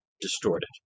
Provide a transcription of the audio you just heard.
distorted